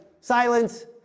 silence